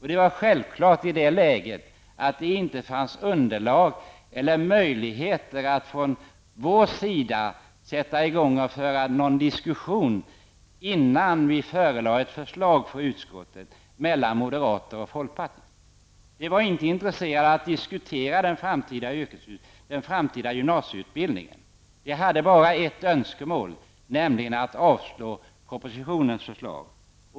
I det läget fanns det självfallet inte underlag eller möjlighet från vår sida att föra en diskussion med moderater och folkpartister innan utskottet förelades ett förslag. De var inte intresserade att diskutera den framtida gymnasieutbildningen. De hade bara ett önskemål, nämligen att avslå propositionens förslag.